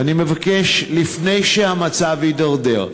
ואני מבקש, לפני שהמצב יידרדר,